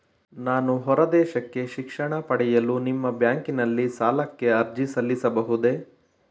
ನಾನು ಹೊರದೇಶಕ್ಕೆ ಶಿಕ್ಷಣ ಪಡೆಯಲು ನಿಮ್ಮ ಬ್ಯಾಂಕಿನಲ್ಲಿ ಸಾಲಕ್ಕೆ ಅರ್ಜಿ ಸಲ್ಲಿಸಬಹುದೇ?